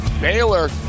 Baylor